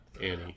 Annie